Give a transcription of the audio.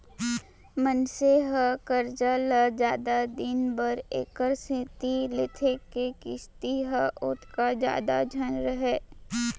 मनसे ह करजा ल जादा दिन बर एकरे सेती लेथे के किस्ती ह ओतका जादा झन रहय